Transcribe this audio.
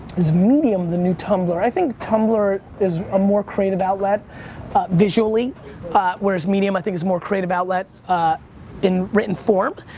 is medium the new tumblr? i think tumblr is a more creative outlet visually ah whereas medium, i think, is more creative outlet in written form.